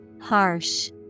Harsh